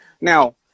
Now